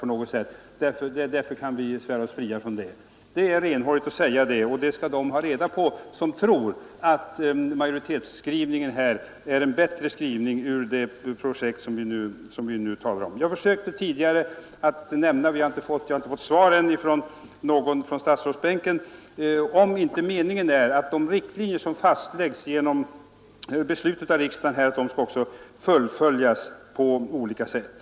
Det är — Regional utveckrenhårigt att säga det, och det skall de personer ha reda på som tror att ling och hushållning utskottsmajoritetens skrivning är den bästa skrivningen ur det projekts med mark och vatsynpunkt som vi nu diskuterar. ten Jag har ännu inte fått svar från någon på regeringsbänken på min fråga om inte meningen är att de riktlinjer som fastläggs genom riksdagens beslut också skall fullföljas på olika sätt.